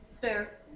Fair